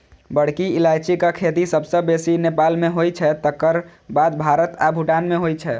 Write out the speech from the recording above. बड़की इलायचीक खेती सबसं बेसी नेपाल मे होइ छै, तकर बाद भारत आ भूटान मे होइ छै